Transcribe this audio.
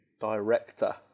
director